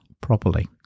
properly